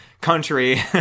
country